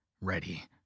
Ready